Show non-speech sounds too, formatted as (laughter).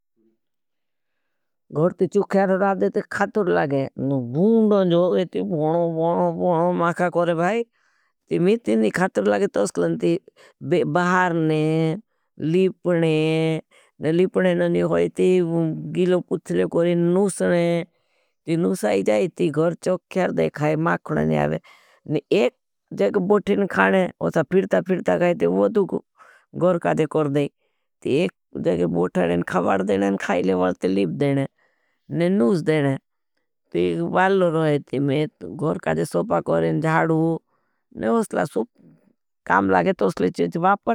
गोरते चोख्यार रादे ते खातुर लागे, न भून्डन जोवे ती भूनो, भूनो, भूनो माखा करे भाई। ती में तीनी खातुर लागे तो असलन ती बहारने, लीपने, (hesitation) न लीपने नहीं होई ती गिलो पुछले कोरें नूसने, ती नूस आई जाए ती घोर चोख्यार देखाए, माख़णान यावे। न एक जग बोठने खाने, उससा फिरता फिरता गाए ती वो दुखु, घोर कादे कर दाई, ती एक जग बोठने न खाबार देने न खाईले । वालते लीप देने, न नूस देने, ती बालोरो है ती में, घोर कादे सोपा करें जाड़ू, न उसला सुप, काम लागे तो उस प्लेटियें ती वापर।